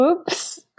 Oops